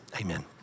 amen